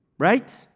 Right